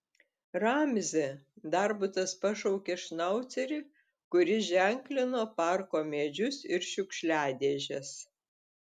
ramzi darbutas pašaukė šnaucerį kuris ženklino parko medžius ir šiukšliadėžes